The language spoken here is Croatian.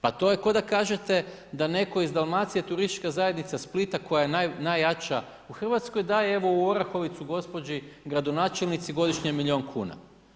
Pa to je kao da kažete da netko iz Dalmacije, turistička zajednica Splita koja je najjača u RH daje evo, u Orahovicu gospođi gradonačelnici godišnje milion kuna.